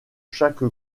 chaque